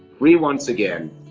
free once again,